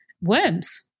worms